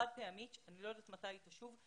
חד פעמית שאני לא יודעת מתי היא תשוב,